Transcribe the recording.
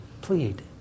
plead